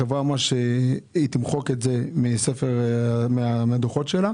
החברה אמרה שהיא תמחק את זה מהדוחות שלה,